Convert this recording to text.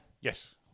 yes